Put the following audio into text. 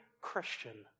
Christian